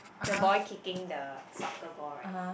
the boy kicking the soccer ball right